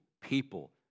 people